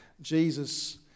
Jesus